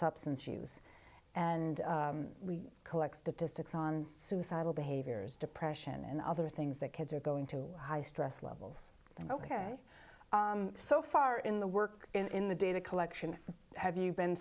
substance use and we collect statistics on suicidal behaviors depression and other things that kids are going to high stress levels ok so far in the work in the data collection have you been